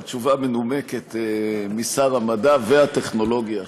גם תשובה מנומקת משר המדע והטכנולוגיה.